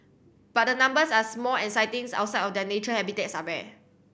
but the numbers are small and sightings outside of their natural habitats are rare